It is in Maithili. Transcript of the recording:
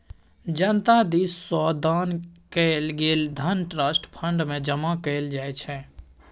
जनता दिस सँ दान कएल गेल धन ट्रस्ट फंड मे जमा कएल जाइ छै